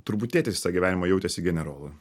turbūt tėtis visą gyvenimą jautėsi generolu